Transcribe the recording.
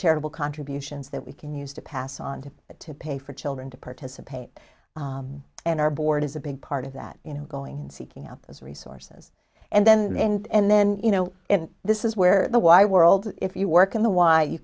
charitable contributions that we can use to pass on to it to pay for children to participate and our board is a big part of that you know going in seeking out those resources and then and then you know and this is where the why world if you work in the why you